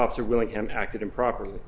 officer willingham acted improperly